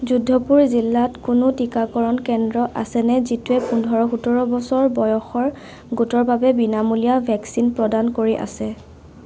যোধপুৰ জিলাত কোনো টিকাকৰণ কেন্দ্ৰ আছেনে যিটোৱে পোন্ধৰ সোতৰ বছৰ বয়সৰ গোটৰ বাবে বিনামূলীয়া ভেকচিন প্ৰদান কৰি আছে